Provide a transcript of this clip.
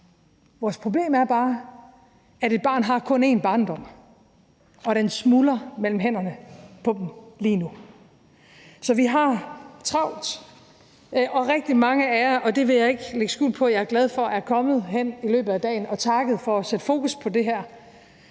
Vores problem er bare, at et barn kun har én barndom, og at den smuldrer mellem hænderne på dem lige nu. Så vi har travlt. Rigtig mange af jer, og det vil jeg ikke lægge skjul på at jeg er glad for, er kommet hen i løbet af dagen og har takket for at sætte fokus på det her.